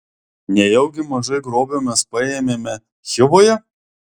nejaugi mažai grobio mes paėmėme chivoje